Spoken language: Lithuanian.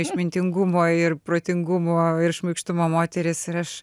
išmintingumo ir protingumo ir šmaikštumo moteris ir aš